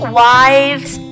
wives